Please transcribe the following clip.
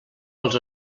els